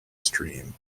stream